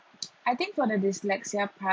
I think for the dyslexia part